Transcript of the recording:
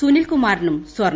സുനിൽകുമാറിനും സ്വർണം